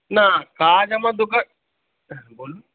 না কাজ আমার দোকান হ্যাঁ বলুন